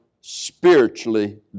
spiritually